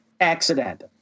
accident